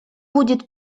будет